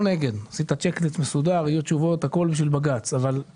אני